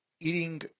eating